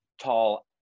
tall